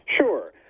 Sure